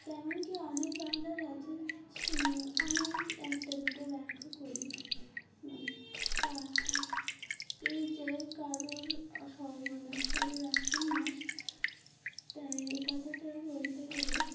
তেমনকি অনেক বাংলার আছে আমি একটা দুটো ব্যাখ্যা করি মানে এই যে কারুর সর্বনাশ কারুর আশ্বিন মাস তাই এই কথাটা বলতে গেলে